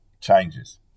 changes